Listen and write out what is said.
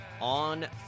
on